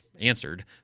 answered